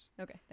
Okay